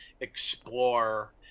explore